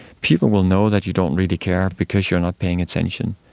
people will know that you don't really care because you're not paying attention.